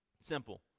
Simple